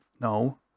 no